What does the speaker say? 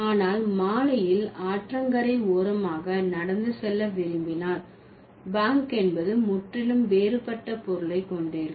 ஆனால் மாலையில் ஆற்றங்கரை ஓரமாக நடந்து செல்ல விரும்பினால் பேங்க் என்பது முற்றிலும் வேறுபட்ட பொருளை கொண்டிருக்கும்